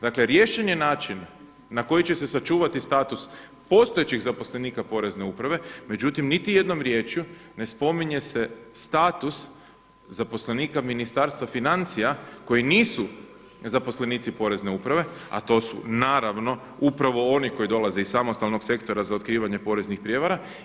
Dakle, riješen je način na koji će se sačuvati status postojećih zaposlenika porezne uprave, međutim, niti jednom riječju ne spominje se status zaposlenika Ministarstva financija koji nisu zaposlenici porezne uprave, a to su naravno upravo oni koji dolaze iz samostalnog sektora za otkrivanje poreznih prijevara.